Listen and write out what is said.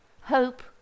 Hope